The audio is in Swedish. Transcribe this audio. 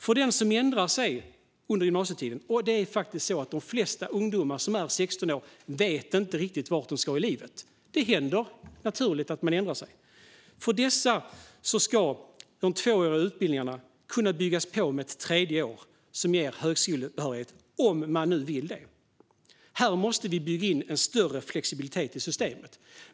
För den som ändrar sig under gymnasietiden - de flesta 16åringar vet inte riktigt vart de ska i livet; det är naturligt att de ändrar sig - ska dessa tvååriga utbildningar kunna byggas på med ett tredje år som ger högskolebehörighet, om eleven vill det. Här måste det byggas in en större flexibilitet i systemet.